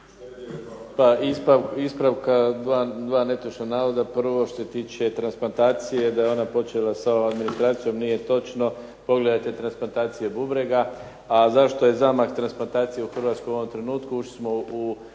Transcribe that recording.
Pa ispravka dva netočna navoda. Prvo se tiče transplantacije da je ona počela sa ovom administracijom. Nije točno. Pogledajte transplantacije bubrega. A zašto je zamah transplantacije u Hrvatskoj u ovom trenutku, ušli smo u